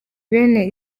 bene